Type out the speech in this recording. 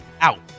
out